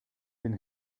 ihren